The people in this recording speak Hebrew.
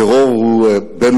הטרור הוא בין-לאומי,